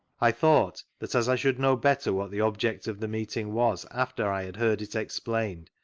i thought that as i should know better what the object of the meetii was after i had heard it exfdained,